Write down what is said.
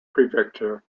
prefecture